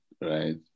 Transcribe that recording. right